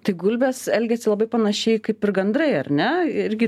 tik gulbės elgiasi labai panašiai kaip ir gandrai ar ne irgi